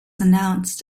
announced